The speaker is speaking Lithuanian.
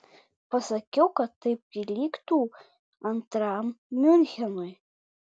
pasakiau kad tai prilygtų antram miunchenui